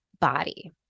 body